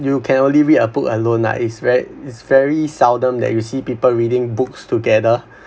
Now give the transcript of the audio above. you can only read a book alone lah it's very it's very seldom that you see people reading books together